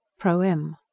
proem